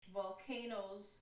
volcanoes